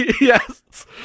Yes